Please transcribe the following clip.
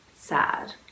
sad